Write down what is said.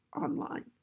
online